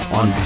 on